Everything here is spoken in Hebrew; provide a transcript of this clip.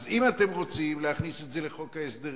אז אם אתם רוצים להכניס את זה לחוק ההסדרים,